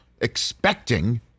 expecting